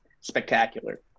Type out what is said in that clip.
spectacular